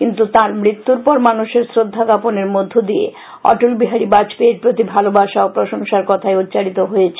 কিন্তু তাঁর মৃত্যুর পর মানুষের শ্রদ্ধা জ্ঞাপনের মধ্য দিয়ে অটল বিহারী বাজপেয়ীর প্রতি ভালবাসা ও প্রশংসার কথাই উষ্চারিত হয়েছে